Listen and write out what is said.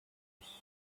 was